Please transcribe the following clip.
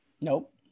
Nope